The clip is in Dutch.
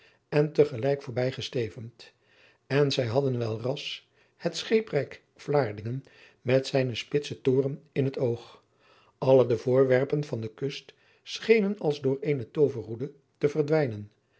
en tegelijk voorbij gestevend en zij hadden wel ras het scheeprijk vlaardingen met zijnen spitsen toren in het oog alle de voorwerpen van de kust schenen als door eene tooverroede te verdwijnen